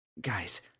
Guys